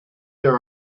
there